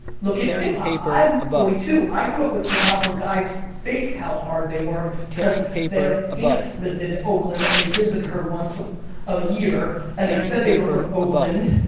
look at hip-hop, i'm forty two, i grew up with hip-hop where guys faked how hard they worked cause their aunt lived in oakland and they visited her once a year. and they said they were from oakland,